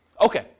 Okay